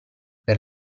per